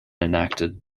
enacted